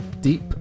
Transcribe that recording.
deep